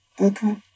Okay